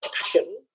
passion